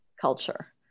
culture